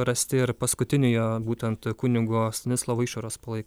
rasti ir paskutiniojo būtent kunigo stanislovo išoros palaikai